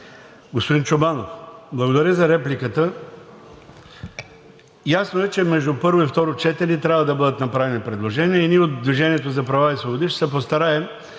господин Чобанов, благодаря за репликата. Ясно е, че между първо и второ четене трябва да бъдат направени предложения и ние от „Движение за права и свободи“ ще се постараем